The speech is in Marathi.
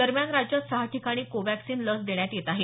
दरम्यान राज्यात सहा ठिकाणी को वॅक्सीन लस देण्यात येत आहे